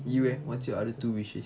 you eh what's the other two wishes